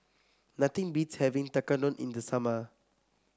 nothing beats having Tekkadon in the summer